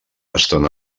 estan